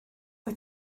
wyt